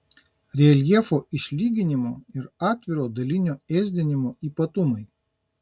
reljefo išlyginimo ir atviro dalinio ėsdinimo ypatumai